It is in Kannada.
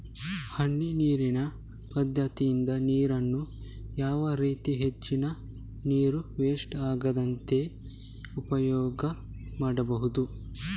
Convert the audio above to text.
ಹನಿ ನೀರಿನ ಪದ್ಧತಿಯಿಂದ ನೀರಿನ್ನು ಯಾವ ರೀತಿ ಹೆಚ್ಚಿನ ನೀರು ವೆಸ್ಟ್ ಆಗದಾಗೆ ಉಪಯೋಗ ಮಾಡ್ಬಹುದು?